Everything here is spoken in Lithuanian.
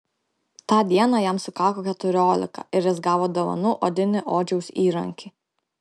tą dieną jam sukako keturiolika ir jis gavo dovanų odinį odžiaus įrankį